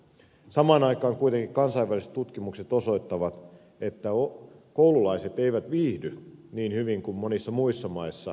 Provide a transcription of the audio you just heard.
samaan aikaan kuitenkin kansainväliset tutkimukset osoittavat että suomalaisissa peruskouluissa koululaiset eivät viihdy niin hyvin kuin monissa muissa maissa